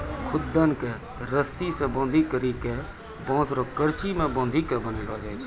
खुद्दन के रस्सी से बांधी करी के बांस रो करची मे बांधी के बनैलो जाय छै